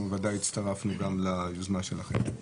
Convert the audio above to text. אנחנו בוודאי הצטרפנו גם ליוזמה שלכם.